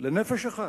לנפש אחת,